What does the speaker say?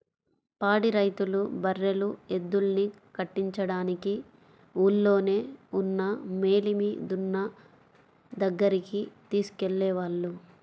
పాడి రైతులు బర్రెలు, ఎద్దుల్ని కట్టించడానికి ఊల్లోనే ఉన్న మేలిమి దున్న దగ్గరికి తీసుకెళ్ళేవాళ్ళు